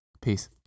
Peace